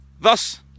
Thus